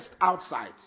outside